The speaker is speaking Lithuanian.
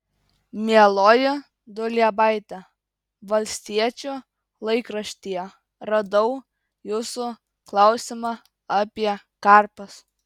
mieloji duliebaite valstiečių laikraštyje radau jūsų klausimą apie karpas